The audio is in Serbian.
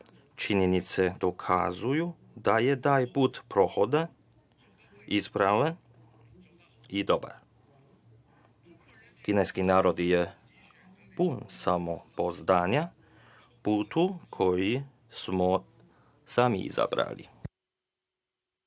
Činjenice dokazuju da je taj put prohodan, ispravan i dobar. Kineski narod je pun samopouzdanja na putu koji smo sami izabrali.